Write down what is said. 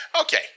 Okay